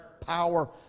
power